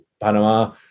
Panama